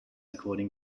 according